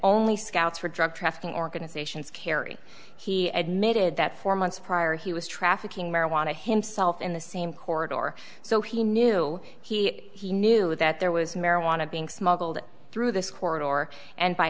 only scouts for drug trafficking organizations carry he admitted that four months prior he was trafficking marijuana himself in the same court or so he knew he he knew that there was marijuana being smuggled through this corridor and by